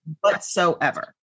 whatsoever